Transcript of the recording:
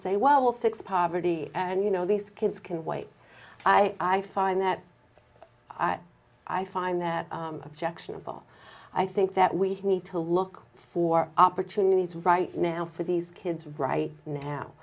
say well we'll fix poverty and you know these kids can wait i find that i i find they're objectionable i think that we need to look for opportunities right now for these kids right now